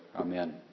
Amen